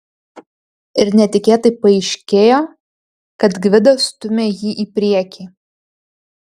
ir netikėtai paaiškėjo kad gvidas stumia jį į priekį